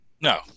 No